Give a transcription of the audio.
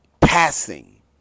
passing